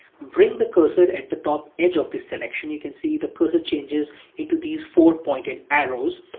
bring the cursor at the top edge of the selection, you can see the cursor changes into these four pointed arrows.